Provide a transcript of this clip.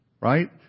right